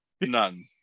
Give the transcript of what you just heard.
None